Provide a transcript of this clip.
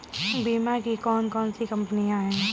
बीमा की कौन कौन सी कंपनियाँ हैं?